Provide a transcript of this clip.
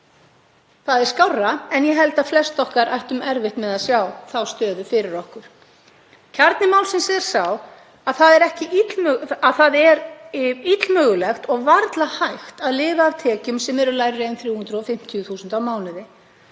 Það er skárra, en ég held að við ættum flest erfitt með að sjá þá stöðu fyrir okkur. Kjarni málsins er sá að það er illmögulegt og varla hægt að lifa af tekjum sem eru lægri en 350.000 kr. á mánuði.